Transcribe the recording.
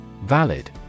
Valid